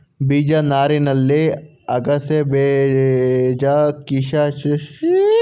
ಬೀಜ ನಾರಲ್ಲಿ ಅಗಸೆಬೀಜ ಚಿಯಾಸೀಡ್ಸ್ ಉದಾಹರಣೆ ಆಗಿದೆ ಈ ನಾರು ಆರೋಗ್ಯಕ್ಕೆ ತುಂಬಾ ಒಳ್ಳೇದು